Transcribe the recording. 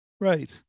right